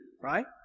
right